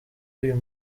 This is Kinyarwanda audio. uyu